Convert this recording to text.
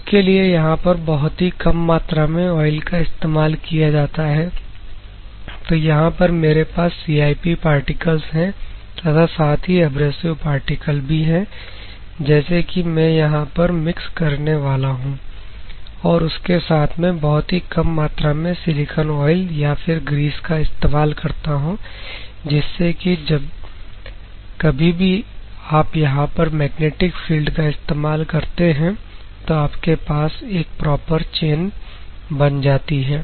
उसके लिए यहां पर बहुत ही कम मात्रा में ऑयल का इस्तेमाल किया जाता है तो यहां पर मेरे पास CIP पार्टिकल्स है तथा साथ ही एब्रेसिव पार्टिकल भी है जैसे कि मैं यहां पर मिक्स करने वाला हूं और उसके साथ में बहुत ही कम मात्रा में सिलिकॉन ऑयल या फिर ग्रीस का इस्तेमाल करता हूं जिससे कि जब कभी भी आप यहां पर मैग्नेटिक फील्ड का इस्तेमाल करते हैं तो आपके पास एक प्रॉपर चैन बन जाती है